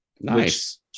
Nice